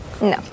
No